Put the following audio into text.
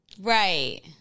Right